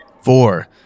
Four